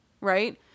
Right